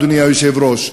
אדוני היושב-ראש,